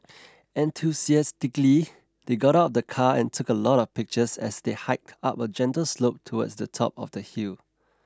enthusiastically they got out of the car and took a lot of pictures as they hiked up a gentle slope towards the top of the hill